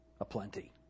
aplenty